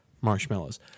marshmallows